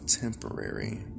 temporary